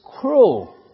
cruel